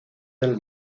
del